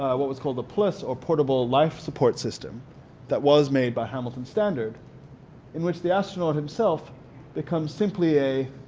what was called a plss or portable life support system that was made by hamilton standard in which the astronaut himself becomes simply a